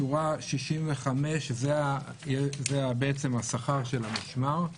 שורה 65 זה השכר של המשמר.